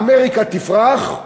אמריקה תפרח,